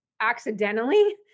accidentally